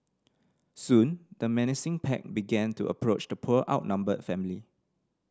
soon the menacing pack began to approach the poor outnumbered family